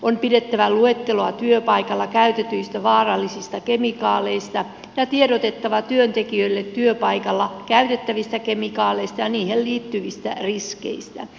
on pidettävä luetteloa työpaikalla käytetyistä vaarallisista kemikaaleista ja tiedotettava työntekijöille työpaikalla käytettävistä kemikaaleista ja niihin liittyvistä riskeistä